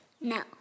No